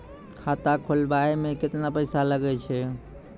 खाता खोलबाबय मे केतना पैसा लगे छै?